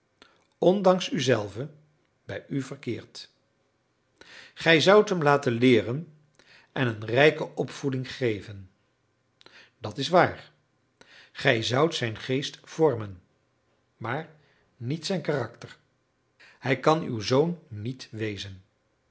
ondanks u zelve bij u verkeert gij zoudt hem laten leeren en een rijke opvoeding geven dat is waar gij zoudt zijn geest vormen maar niet zijn karakter hij kan uw zoon niet wezen